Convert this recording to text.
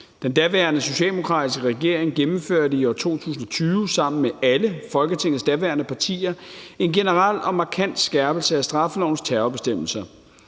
Den daværende socialdemokratiske regering gennemførte i 2020 sammen med alle Folketingets daværende partier en generel og markant skærpelse af straffelovens terrorbestemmelser.